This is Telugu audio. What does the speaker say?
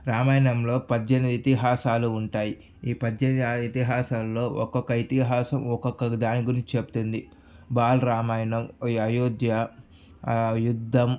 రామాయణంలో పజ్జెనిమిది ఇతిహాసాలు ఉంటాయి ఈ పజ్జెనిమిది ఇతిహాసాలలో ఒక్కొక్క ఇతిహాసం ఒక్కొక్క దాని గురించి చెప్తుంది బాల్ రామాయణం అయోధ్య యుద్ధం